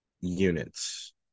units